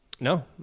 No